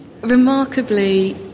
remarkably